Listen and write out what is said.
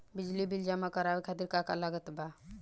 बिजली बिल जमा करावे खातिर का का लागत बा?